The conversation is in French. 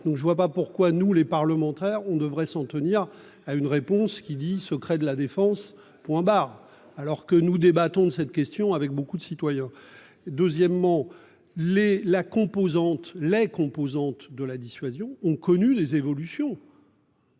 Donc je ne vois pas pourquoi nous les parlementaires on devrait s'en tenir à une réponse qui dit secret de la défense, point barre, alors que nous débattons de cette question avec beaucoup de citoyens. Deuxièmement les la composante les composantes de la dissuasion ont connu des évolutions.